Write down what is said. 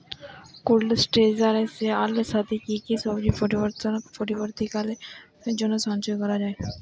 Cold স্টোরেজে আলুর সাথে কি কি সবজি পরবর্তীকালে ব্যবহারের জন্য সঞ্চয় করা যায়?